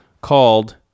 Called